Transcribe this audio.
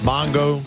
Mongo